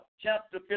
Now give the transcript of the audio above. chapter